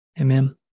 Amen